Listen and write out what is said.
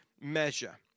measure